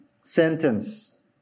sentence